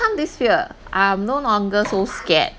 overcome this fear I'm no longer so scared